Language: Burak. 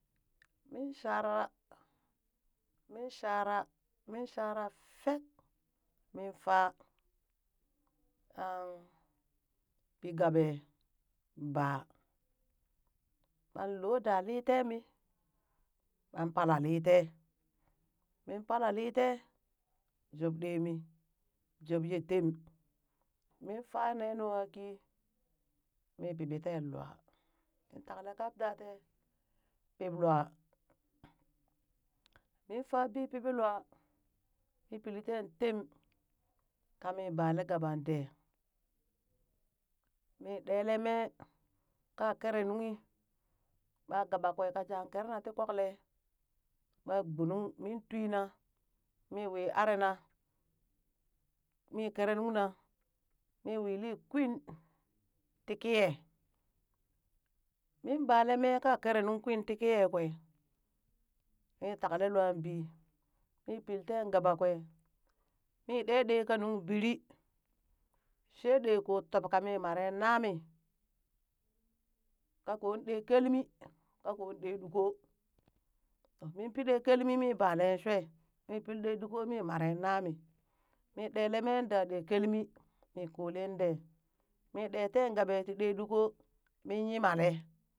Min shara min shara miin shara fek min faa ɓan pii gabe baa, ɓang loo daa litee mii ɓan pala litee min pala litee, jub yee ɗee mii, jub yee tem, min faa nee nungha kii mii piɓii teen lwaa, mi takle kap da tee, pip lwa mi fabii pib lwaa mi pilin tee tem ka mii bale gaban dee mi ɗelee mee, ka kere nunghi ɓa gaban kwe ka jaan keree na tii kokle ɓa gbunung min kwina mii wii arinaa mii keree nuŋ na mi wiili kwin tii kiyee, min balee mee ka keree nung kwin ti kiye kwe, min taklee luwaa bii mii pil teen gaba kwee mii ɗee ɗee ka nunghi biri shee dee ko tob ka mii maren namii kakoon ɗee kelmi kakoon ɗee ɗugkoo min pii ɗee kelmi min balen shwe mii pill ɗee ɗugko mi maree nami ɗelee mee daa ɗee kelmi min kolen dee min ɗee teen gaba tii ɗee ɗugko min yimale.